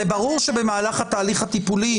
זה ברור שבמהלך התהליך הטיפולי,